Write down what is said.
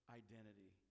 identity